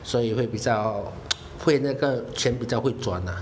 所以会比较会那个钱比较会转呐